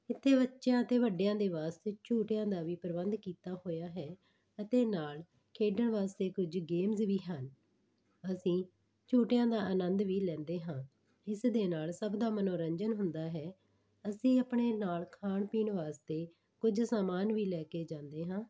ਇੱਥੇ ਬੱਚਿਆਂ ਅਤੇ ਵੱਡਿਆਂ ਦੇ ਵਾਸਤੇ ਝੂਟਿਆਂ ਦਾ ਵੀ ਪ੍ਰਬੰਧ ਕੀਤਾ ਹੋਇਆ ਹੈ ਅਤੇ ਨਾਲ ਖੇਡਣ ਵਾਸਤੇ ਕੁਝ ਗੇਮਜ਼ ਵੀ ਹਨ ਅਸੀਂ ਝੂਟਿਆਂ ਦਾ ਆਨੰਦ ਵੀ ਲੈਂਦੇ ਹਾਂ ਜਿਸ ਦੇ ਨਾਲ ਸਭ ਦਾ ਮਨੋਰੰਜਨ ਹੁੰਦਾ ਹੈ ਅਸੀਂ ਆਪਣੇ ਨਾਲ ਖਾਣ ਪੀਣ ਵਾਸਤੇ ਕੁਝ ਸਮਾਨ ਵੀ ਲੈ ਕੇ ਜਾਂਦੇ ਹਾਂ